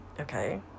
Okay